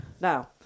Now